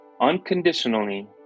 unconditionally